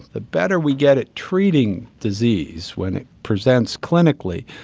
the better we get at treating disease when it presents clinically,